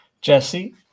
Jesse